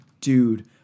dude